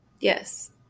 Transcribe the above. Yes